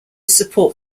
support